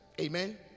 amen